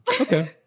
okay